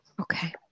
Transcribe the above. okay